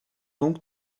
donc